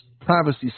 privacy